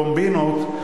קומבינות.